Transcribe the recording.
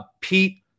Pete